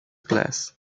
glass